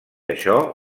això